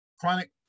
Chronic